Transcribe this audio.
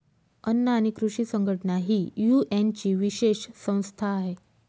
अन्न आणि कृषी संघटना ही युएनची विशेष संस्था आहे